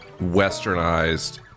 westernized